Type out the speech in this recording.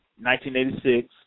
1986